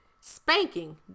spanking